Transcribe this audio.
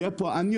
יהיה פה אסון.